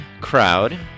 crowd